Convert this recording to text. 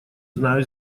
знаю